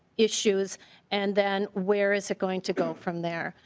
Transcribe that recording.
issues and then where's he going to go from there.